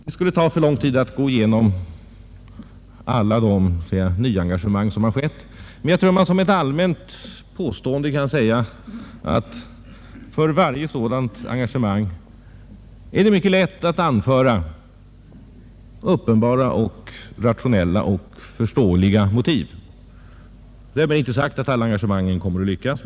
Det skulle ta för lång tid att gå igenom alla de nyengagemang som har skett, men jag tror att man som ett allmänt påstående kan säga att för varje sådant engagemang är det mycket lätt att anföra uppenbara, rationella och förståeliga motiv. Därmed är inte sagt att alla engagemang kommer att lyckas.